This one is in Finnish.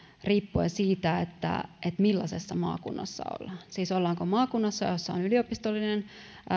riippuen siitä millaisessa maakunnassa ollaan siis ollaanko maakunnassa jossa on yliopistollinen